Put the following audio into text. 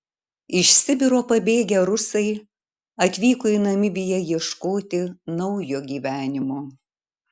iš sibiro pabėgę rusai atvyko į namibiją ieškoti naujo gyvenimo